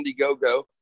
Indiegogo